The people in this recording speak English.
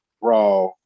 Raw